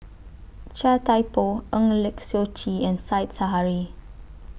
Chia Thye Poh Eng Lee Seok Chee and Said Zahari